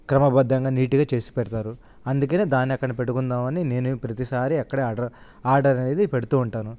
క్రమబద్ధంగా నీట్గా చేసి పెడతారు అందుకనే దాని కన్నా పెట్టుకుందామని నేను ప్రతీసారి అక్కడే ఆర్డర్ ఆర్డర్ అనేది పెడుతూ ఉంటాను